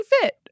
fit